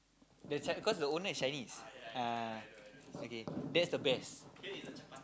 the c~ cause the owner is Chinese ah okay that's the best